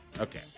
Okay